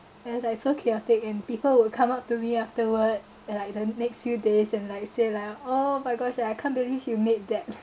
it was so chaotic and people would come up to me afterwards and like the next few days and like say like oh my gosh I can't believe you make that